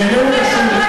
תודה רבה לך,